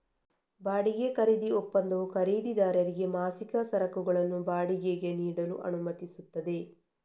ಬಾಡಿಗೆ ಖರೀದಿ ಒಪ್ಪಂದವು ಖರೀದಿದಾರರಿಗೆ ಮಾಸಿಕ ಸರಕುಗಳನ್ನು ಬಾಡಿಗೆಗೆ ನೀಡಲು ಅನುಮತಿಸುತ್ತದೆ